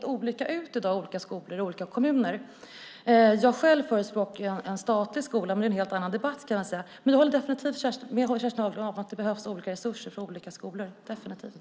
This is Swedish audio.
Det ser i dag väldigt olika ut i olika skolor och olika kommuner. Personligen förespråkar jag en statlig skola, men det är en helt annan debatt. Jag håller definitivt med Kerstin Haglö om att det behövs olika resurser för olika skolor. Så är det definitivt.